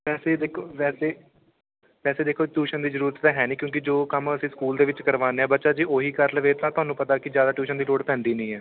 ਵੈਸੇ ਦੇਖ ਵੈਸੇ ਵੈਸੇ ਦੇਖੋ ਟਿਊਸ਼ਨ ਦੀ ਜ਼ਰੂਰਤ ਹੈ ਨਹੀਂ ਕਿਉਂਕਿ ਜੋ ਕੰਮ ਅਸੀਂ ਸਕੂਲ ਦੇ ਵਿੱਚ ਕਰਵਾਉਂਦੇ ਹਾਂ ਬੱਚਾ ਜੇ ਉਹੀ ਕਰ ਲਵੇ ਤਾਂ ਤੁਹਾਨੂੰ ਪਤਾ ਕਿ ਜ਼ਿਆਦਾ ਟਿਊਸ਼ਨ ਦੀ ਲੋੜ ਪੈਂਦੀ ਨਹੀਂ ਹੈ